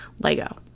lego